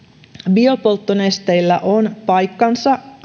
biopolttonesteillä on paikkansa